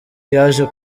yaje